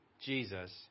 Jesus